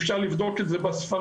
אפשר לבדוק את זה בספרים.